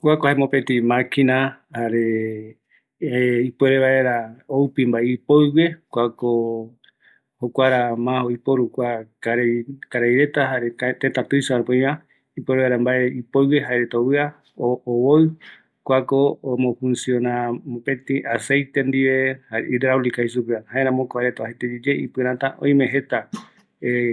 Kuako jae mopetï maquina oupi vaera mbae ipoɨgue, jetape ome yomborɨ, kua oparavɨkɨ vaera jaeko guinoï aceite hidreulico, oime jeta